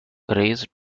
raised